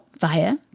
via